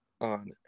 on